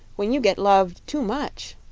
when you get loved too much.